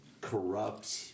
corrupt